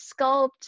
sculpt